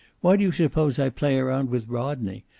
why do you suppose i play around with rodney?